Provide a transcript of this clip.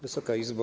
Wysoka Izbo!